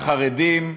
תודה לחרדים,